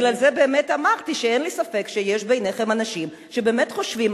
לכן אמרתי שאין לי ספק שיש ביניכם אנשים שבאמת חושבים.